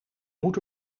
moet